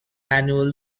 annual